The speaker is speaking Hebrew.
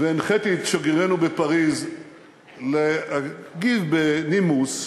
והנחיתי את שגרירנו בפריז להגיד בנימוס,